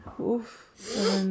Oof